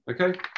Okay